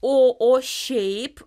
o o šiaip